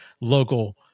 local